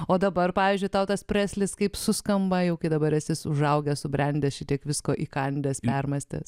o dabar pavyzdžiui tau tas preslis kaip suskamba jau dabar esi užaugęs subrendęs šitiek visko įkandęs permąstęs